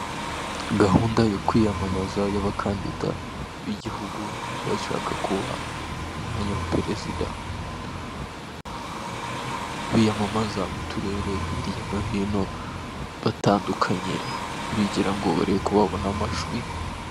Gahunda yo kwiyamamaza y'abakandida b'igihugu bashaka kuba umwanya wa perezida biyamamaza mu turere hirya no hino batandukanye bigira ngo barebe ko babona amajwi.